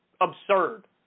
absurd